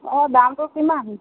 অঁ দামটো কিমান